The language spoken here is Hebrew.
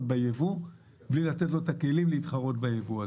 ביבוא בלי לתת לו את הכלים להתחרות ביבוא.